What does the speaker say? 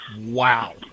Wow